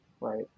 right